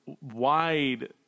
wide